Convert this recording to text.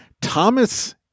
Thomas